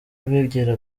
bigira